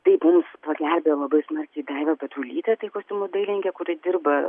taip mums pagelbėjo labai smarkiai daiva petrulytė tai kostiumų dailininkė kuri dirba